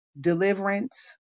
deliverance